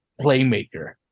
playmaker